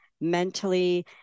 mentally